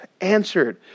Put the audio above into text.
answered